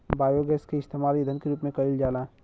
biogas के इस्तेमाल ईधन के रूप में कईल जाला